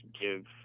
give